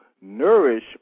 nourish